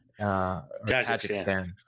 Tajikistan